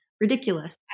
ridiculous